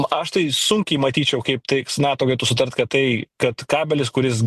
aš tai sunkiai matyčiau kaip tai nato galėtų sutart kad tai kad kabelis kuris